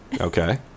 Okay